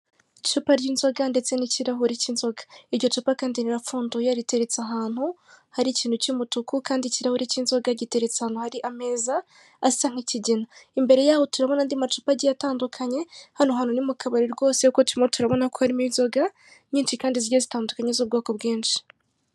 Icupa ry'inzoga ndetse n'ikirahuri cy'inzoga, iryo cupa kandi rirapfunduye riteretse ahantu hari icyintu cy'umutuku kandi ikirahuri cy'inzoga giteretse ahantu hari ameza asa nk'ikigina imbere yaho turabona andi macupa agiye atandukanye, hano hantu ni mu kabari rwose kuko turimo turabona ko harimo inzoga nyinshi kandi zigiye zitandukanye z'ubwoko bwinshi.